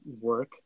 work